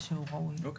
אוקיי.